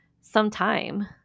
sometime